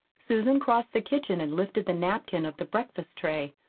susan crossed the kitchen and lifted the napkin of the breakfast tray.